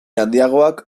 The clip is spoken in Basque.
handiagoak